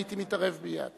הייתי מתערב מייד.